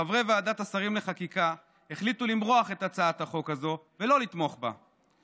חברי ועדת השרים לחקיקה החליטו למרוח את הצעת החוק הזאת ולא לתמוך בה.